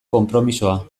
konpromisoa